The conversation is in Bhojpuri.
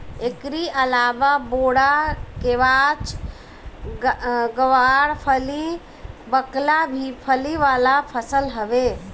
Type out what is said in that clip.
एकरी अलावा बोड़ा, केवाछ, गावरफली, बकला भी फली वाला फसल हवे